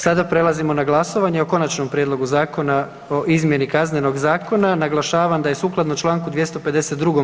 Sada prelazimo na glasovanje o Konačnom prijedlogu zakona o izmjeni Kaznenog zakona, naglašavam da je sukladno čl. 252.